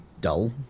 dull